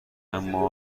اما